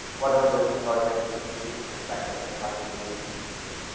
whatever that is involved here this could be deleting this packet recording delay and thinks like that.